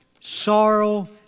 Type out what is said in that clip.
sorrow